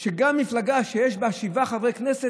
על כך שגם מפלגה שיש בה שבעה חברי כנסת,